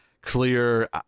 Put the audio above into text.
clear